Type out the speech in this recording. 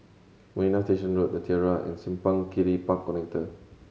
Marina Station Road The Tiara and Simpang Kiri Park Connector